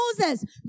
Moses